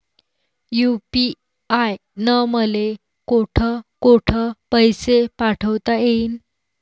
UPI न मले कोठ कोठ पैसे पाठवता येईन?